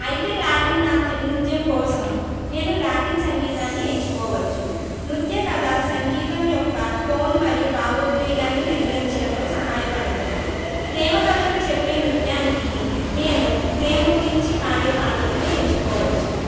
అయితే లాటిన్ నాత్యం నృత్యం కోసం నేను లాటిన్ సంగీతాన్ని ఎంచుకోవచ్చు నృత్య కథ సంగీతం యొక్క టోన్ మరియు భావోద్వేగాన్ని నిర్ణయించడంలో సహాయపడుతుంది ప్రేమ కథను చెప్పే నృత్యానికి నేను ప్రేమ గురించి పాడే పాటలను ఎంచుకోవచ్చు